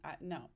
no